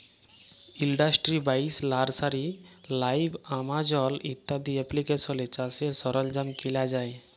industry বাইশ, nursery লাইভ, আমাজল ইত্যাদি এপ্লিকেশলে চাষের সরল্জাম কিলা যায়